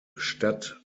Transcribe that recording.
stadt